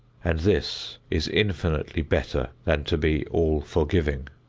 and this is infinitely better than to be all-forgiving.